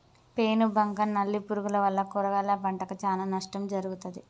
పేను బంక నల్లి పురుగుల వల్ల కూరగాయల పంటకు చానా నష్టం జరుగుతది